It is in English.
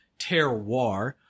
terroir